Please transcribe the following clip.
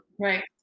Right